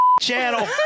channel